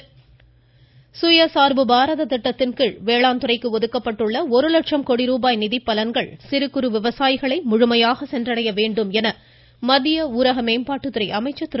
நரேந்திரசிங் தோமர் சுயசாா்பு பாரத திட்டத்தின்கீழ் வேளாண்துறைக்கு ஒதுக்கப்பட்டுள்ள ஒரு லட்சம் கோடிரூபாய் நிதிப்பலன்கள் சிறு குறு விவசாயிகளை முழுமையாக சென்றடைய வேண்டும் என மத்திய ஊரக மேம்பாட்டுத்துறை அமைச்சர் திரு